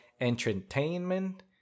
entertainment